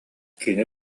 кини